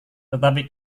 tetapi